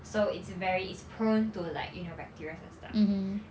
so it's very it's prone to like you know bacterias and stuff